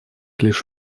лишь